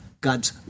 god's